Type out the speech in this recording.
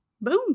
Boom